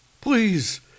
please